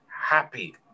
happy